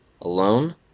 alone